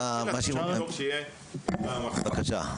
בבקשה.